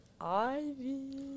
Ivy